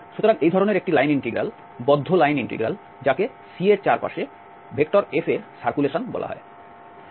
সুতরাং এই ধরনের একটি লাইন ইন্টিগ্রাল বদ্ধ লাইন ইন্টিগ্রাল যাকে C এর চারপাশে F এর সার্কুলেশন বলা হয়